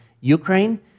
Ukraine